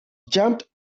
jumped